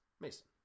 Mason